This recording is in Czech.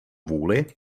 vůli